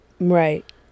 Right